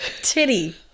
titty